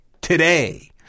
today